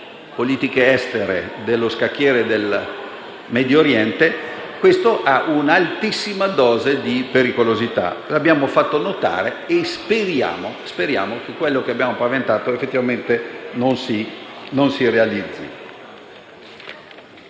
politiche estere dello scacchiere del Medio Oriente, potrebbe avere un'altissima dose di pericolosità. L'abbiamo fatto notare e speriamo che quanto abbiamo paventato non si realizzi.